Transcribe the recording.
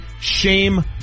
shame